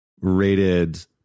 rated